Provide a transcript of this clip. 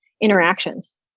interactions